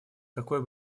какой